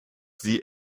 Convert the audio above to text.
sie